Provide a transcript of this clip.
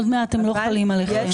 עוד מעט הם לא יחולו עליך.